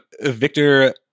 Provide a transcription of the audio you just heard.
Victor